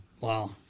Wow